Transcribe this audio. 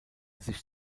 sich